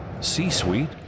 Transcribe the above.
C-Suite